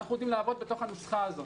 אנחנו יודעים לעבוד בתוך הנוסחה הזאת.